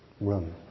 room